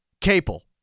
Capel